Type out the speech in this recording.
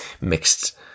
mixed